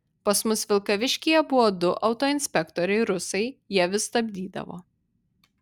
pas mus vilkaviškyje buvo du autoinspektoriai rusai jie vis stabdydavo